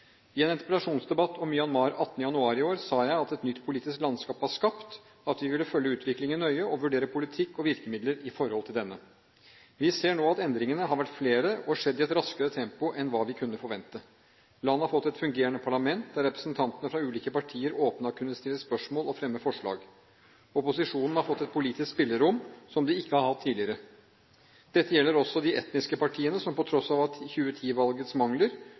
I en interpellasjonsdebatt om Myanmar 18. januar i år sa jeg at et nytt politisk landskap var skapt, at vi ville følge utviklingen nøye og vurdere politikk og virkemidler i forhold til denne. Vi ser nå at endringene har vært flere og har skjedd i et raskere tempo enn vi kunne forvente. Landet har fått et fungerende parlament, der representantene fra ulike partier åpent har kunnet stille spørsmål og fremme forslag. Opposisjonen har fått et politisk spillerom som de ikke har hatt tidligere. Dette gjelder også de etniske partiene, som på tross av 2010-valgets mangler